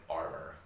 armor